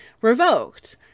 revoked